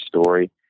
story